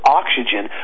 oxygen